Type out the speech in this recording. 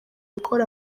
gukora